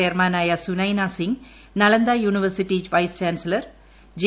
ചെയർമാനായ Sunaina Singh Nalanda university vice chancellor J